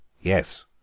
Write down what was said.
yes